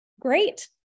Great